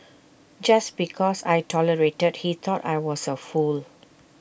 just because I tolerated he thought I was A fool